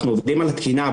אנחנו עובדים על התקינה,